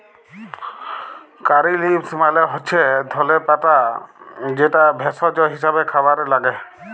কারী leaves মালে হচ্যে ধলে পাতা যেটা ভেষজ হিসেবে খাবারে লাগ্যে